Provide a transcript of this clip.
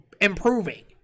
improving